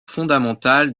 fondamental